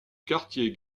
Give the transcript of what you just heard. quartier